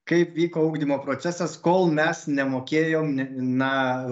kaip vyko ugdymo procesas kol mes nemokėjom na